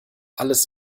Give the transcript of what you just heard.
alles